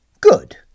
Good